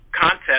contest